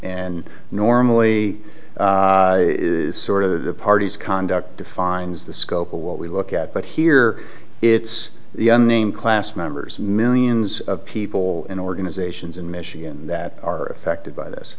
and normally sort of the parties conduct defines the scope of what we look at but here it's the name class members millions of people and organizations in michigan that are affected by